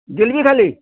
ଜିଲ୍ପି ଖାଲି